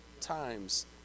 times